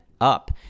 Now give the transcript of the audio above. up